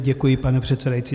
Děkuji, pane předsedající.